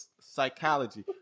psychology